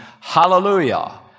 Hallelujah